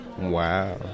Wow